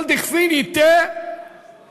כל דכפין ייתי ויבוא,